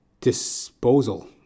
Disposal